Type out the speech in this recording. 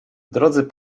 drodzy